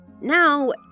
Now